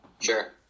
Sure